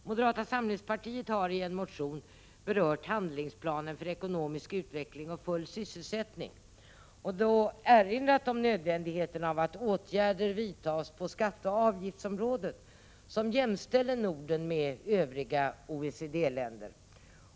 Moderata samlingspartiet har i en motion berört handlingsplanen för ekonomisk utveckling och full sysselsättning och då erinrat om nödvändigheten av att åtgärder vidtas på skatteoch avgiftsområdet, så att Norden jämställs med andra OECD-länder.